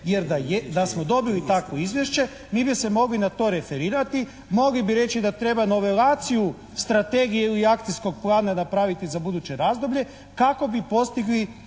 jer da smo dobili takvo Izvješće mi bi se mogli na to referirati, mogli bi reći da treba novelaciju strategije ili akcijskog plana napraviti za buduće razdoblje kako bi postigli